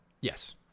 Yes